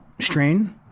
strain